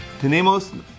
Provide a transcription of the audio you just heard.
Tenemos